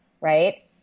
right